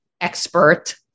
expert